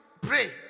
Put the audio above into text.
pray